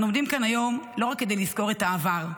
אנחנו עומדים כאן היום לא רק כדי לזכור את העבר,